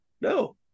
no